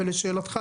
ולשאלתך,